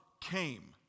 came